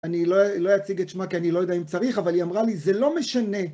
אני לא אציג את שמה כי אני לא יודע אם צריך, אבל היא אמרה לי, זה לא משנה.